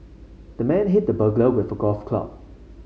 the man hit the burglar with a golf club